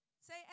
say